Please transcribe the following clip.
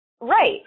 Right